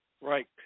Right